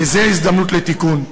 וזו הזדמנות לתיקון.